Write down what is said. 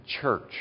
church